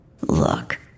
Look